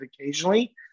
occasionally